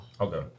Okay